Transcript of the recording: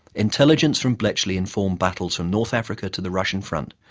intelligence from bletchley informed battles from north africa to the russian front,